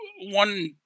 one